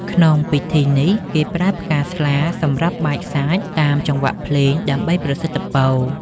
ក្នុងពិធីនេះ គេប្រើផ្កាស្លាសម្រាប់បាចសាចតាមចង្វាក់ភ្លេង ដើម្បីប្រសិទ្ធពរ។